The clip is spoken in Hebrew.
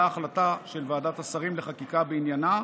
החלטה של ועדת השרים לחקיקה בעניינה.